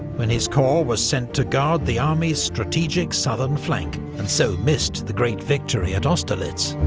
when his corps was sent to guard the army's strategic southern flank, and so missed the great victory at austerlitz.